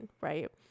right